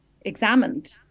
examined